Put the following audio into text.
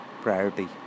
priority